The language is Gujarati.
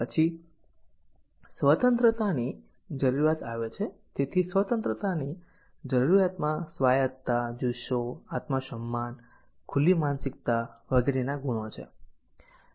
પછી સ્વતંત્રતાની જરૂરિયાત આવે છે તેથી સ્વતંત્રતાની જરૂરિયાતમાં સ્વાયત્તતા જુસ્સો આત્મસન્માન ખુલ્લી માનસિકતા વગેરેના ગુણો છે